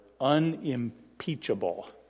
unimpeachable